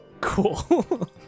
cool